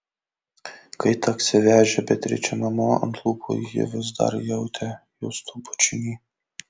kai taksi vežė beatričę namo ant lūpų ji vis dar jautė justo bučinį